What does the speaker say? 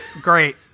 Great